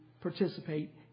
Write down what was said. participate